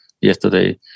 yesterday